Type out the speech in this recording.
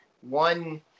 one